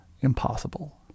impossible